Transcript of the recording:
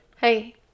Hey